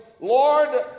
Lord